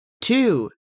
Two